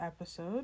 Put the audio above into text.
episode